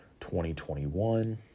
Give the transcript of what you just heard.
2021